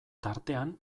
tartean